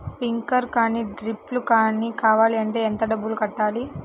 Sprinkler కానీ డ్రిప్లు కాని కావాలి అంటే ఎంత డబ్బులు కట్టాలి?